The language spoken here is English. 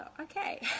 okay